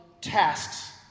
tasks